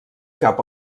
cap